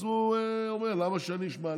אז הוא אומר: למה שאני אשמע?